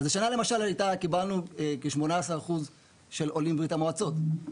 קיבלנו כ-18% של עולים מברית המועצות.